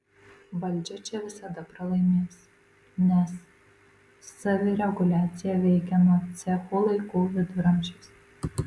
valdžia čia visada pralaimės nes savireguliacija veikia nuo cechų laikų viduramžiais